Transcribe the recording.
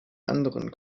anderen